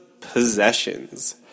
Possessions